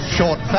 Short